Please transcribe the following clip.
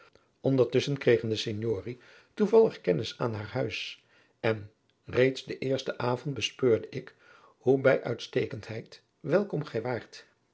ondertusschen kregen de signori toevallig kennis aan haar huis en reeds den eersten avond bespeurde ik hoe bij uitstekendheid welkom gij waart